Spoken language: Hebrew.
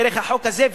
דרך החוק הזה,